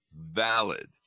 valid